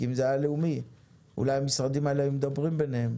כי אם זה היה לאומי אולי המשרדים האלו היו מדברים ביניהם.